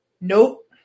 Nope